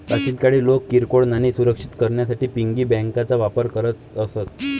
प्राचीन काळी लोक किरकोळ नाणी सुरक्षित करण्यासाठी पिगी बँकांचा वापर करत असत